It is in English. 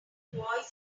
keyboard